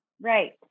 Right